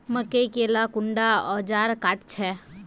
मकई के ला कुंडा ओजार काट छै?